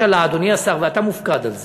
באה הממשלה, אדוני השר, ואתה מופקד על זה,